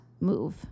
move